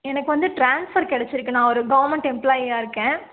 எனக்கு வந்து ட்ரான்ஸ்ஃபர் கிடச்சிருக்கு நான் ஒரு கவர்மெண்ட் எம்ப்லாயியாக இருக்கேன்